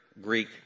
Greek